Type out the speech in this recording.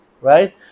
right